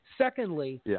Secondly